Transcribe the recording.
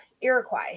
Iroquois